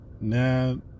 now